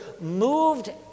moved